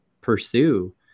pursue